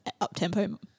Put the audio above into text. up-tempo